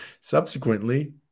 subsequently